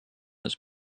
its